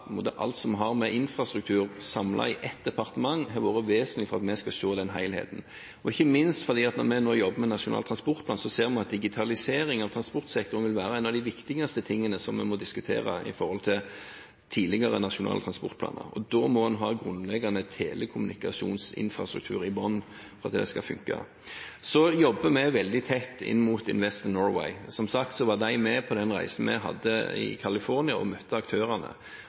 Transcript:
alt som har med infrastruktur å gjøre, samlet i ett departement, har vært vesentlig for at vi skal se helheten. Ikke minst fordi vi nå jobber med Nasjonal transportplan, ser vi at digitaliseringen av transportsektoren vil være en av de viktigste tingene som vi må diskutere i forhold til tidligere nasjonale transportplaner. Da må en ha en grunnleggende telekommunikasjonsinfrastruktur i bånn for at det skal funke. Så jobber vi veldig tett inn mot Invest in Norway. Som sagt var de med på den reisen vi hadde i California, og møtte aktørene.